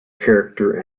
character